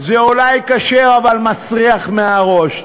זה אולי כשר, אבל מסריח מהראש.